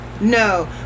No